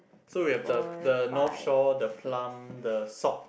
so we have the the North Shore the plum the sock